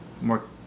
more